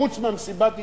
חוץ ממסיבת העיתונאים,